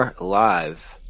live